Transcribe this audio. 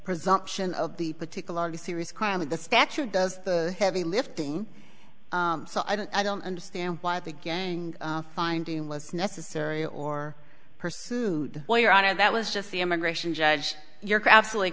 presumption of the particularly serious crime of the statute does the heavy lifting so i don't i don't understand why the gang finding was necessary or pursued while your honor that was just the immigration judge you're to absolutely